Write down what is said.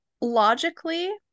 logically